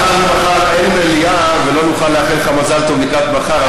מאחר שמחר אין ישיבת מליאה ולא נוכל לאחל לך מזל טוב לקראת מחר,